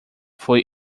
foi